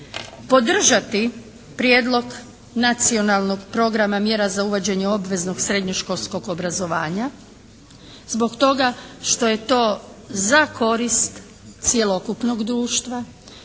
podržati Prijedlog nacionalnog programa mjera za uvođenje obveznog srednješkolskog obrazovanja zbog toga što je to za korist cjelokupnog društva.